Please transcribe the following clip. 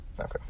Okay